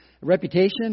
reputation